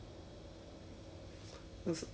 什么来的 oh Sixth Sense ah is it